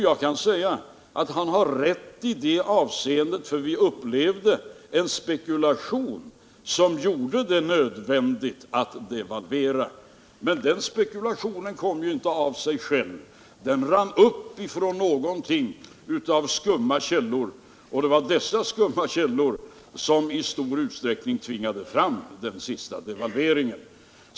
Jag kan ge honom rätt i att den blev nödvändig på grund av den spekulation som förorsakade ett våldsamt valutautflöde, men den spekulationen kom ju inte av sig själv. Den rann upp ur skumma källor, och det var dessa skumma källor som i stor utsträckning tvingade fram den senaste devalveringen.